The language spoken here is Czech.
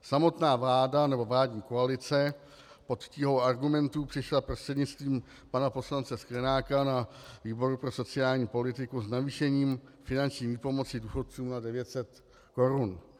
Samotná vláda nebo vládní koalice pod tíhou argumentů přišla prostřednictvím pana poslance Sklenáka na výboru pro sociální politiku s navýšením finanční výpomoci důchodcům na 900 korun.